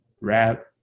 rap